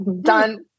done